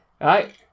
right